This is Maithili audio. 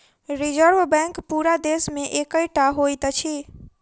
रिजर्व बैंक पूरा देश मे एकै टा होइत अछि